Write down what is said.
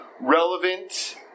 relevant